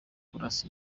kurasa